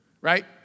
Right